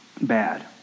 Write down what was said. Bad